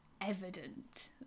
evident